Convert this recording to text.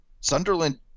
Sunderland